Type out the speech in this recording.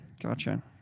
Gotcha